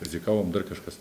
rizikavom dar kažkas